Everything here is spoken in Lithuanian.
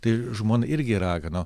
tai žmona irgi ragino